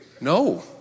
No